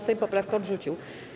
Sejm poprawkę odrzucił.